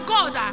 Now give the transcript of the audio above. God